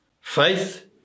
faith